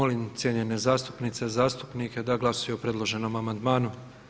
Molim cijenjene zastupnice i zastupnike da glasuju o predloženom amandmanu.